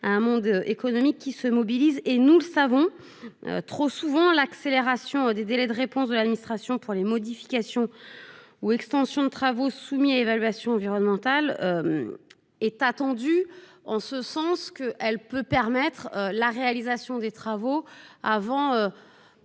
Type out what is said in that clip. au monde économique, qui se mobilise. Nous le savons, l'accélération des délais de réponse de l'administration pour les modifications ou extensions de travaux soumis à évaluation environnementale est attendue, car elle peut permettre la réalisation des travaux avant-